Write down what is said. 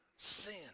Sin